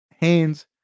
hands